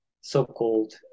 so-called